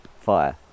fire